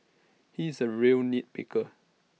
he is A real nit picker